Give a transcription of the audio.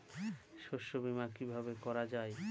শস্য বীমা কিভাবে করা যায়?